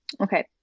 Okay